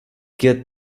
get